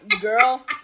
Girl